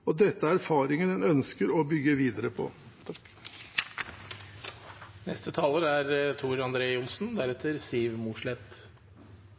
og dette er erfaringer en ønsker å bygge videre på. Dette er en helt fantastisk sak. Jeg er